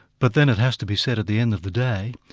but then it has to be said at the end of the day,